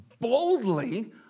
boldly